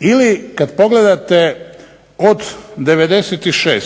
Ili kad pogledate od '96.